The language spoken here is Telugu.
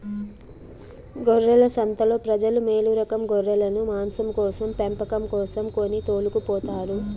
గొర్రెల సంతలో ప్రజలు మేలురకం గొర్రెలను మాంసం కోసం పెంపకం కోసం కొని తోలుకుపోతారు